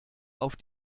auf